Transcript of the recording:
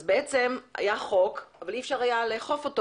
אז היה חוק אך אי אפשר היה לאכוף אותו